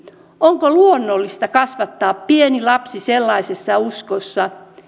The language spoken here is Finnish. onko luonnollista kasvattaa pieni lapsi sellaisessa uskossa